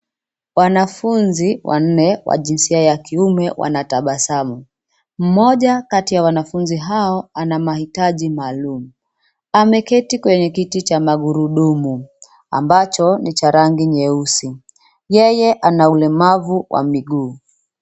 Wanafunzi wanne wa jinsia ya kiume wanatabasamu. Mmoja kati ya wanafunzi hao ana mahitaji maalumu. Ameketi kwenye kiti cha magurudumu ambacho ni cha rangi nyeusi. Yeye ana ulemavu wa miguu.